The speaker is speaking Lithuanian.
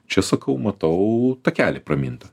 čia sakau matau takelį pramintą